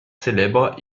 célèbre